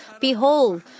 Behold